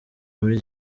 muri